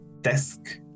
desk